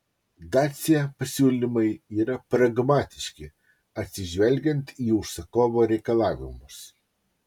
dacia pasiūlymai yra pragmatiški atsižvelgiant į užsakovo reikalavimus